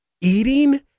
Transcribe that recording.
Eating